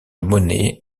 monnaie